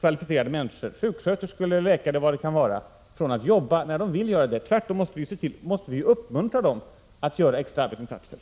kvalificerade människor — sjuksköterskor, läkare m.fl. — från att jobba, när de vill göra det. Tvärtom måste vi uppmuntra dem att göra extra arbetsinsatser.